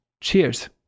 cheers